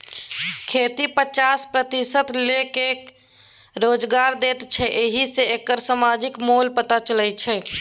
खेती पचास प्रतिशत लोककेँ रोजगार दैत छै एहि सँ एकर समाजिक मोल पता चलै छै